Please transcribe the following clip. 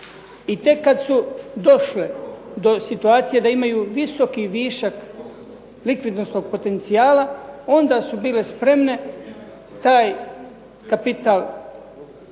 I tek kad su došle do situacije da imaju visoki višak likvidnost tog potencijala onda su bile spremne taj kapital